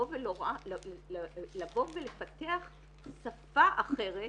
לבוא ולפתח שפה אחרת,